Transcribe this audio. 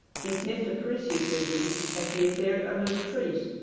he sniffed appreciatively as he appeared under the trees.